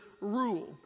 rule